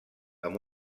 amb